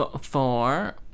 four